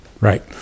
Right